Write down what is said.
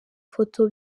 foto